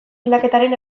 bilaketaren